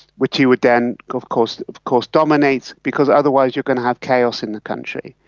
which he would then of course of course dominate because otherwise you going to have chaos in the country.